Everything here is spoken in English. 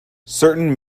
certain